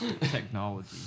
Technology